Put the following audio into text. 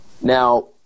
Now